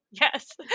Yes